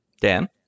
dan